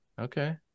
Okay